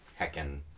heckin